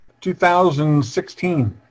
2016